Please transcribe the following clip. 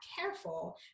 careful